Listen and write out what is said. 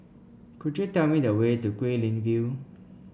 could you tell me the way to Guilin View